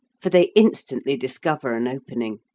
for they instantly discover an opening.